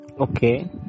Okay